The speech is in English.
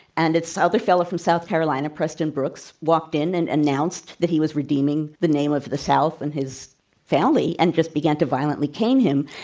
and this other fellow from south carolina, preston brooks, walked in and announced that he was redeeming the name of the south and his family and just began to violently cane him.